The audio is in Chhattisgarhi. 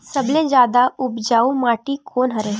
सबले जादा उपजाऊ माटी कोन हरे?